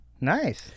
nice